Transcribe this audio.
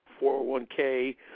401k